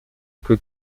que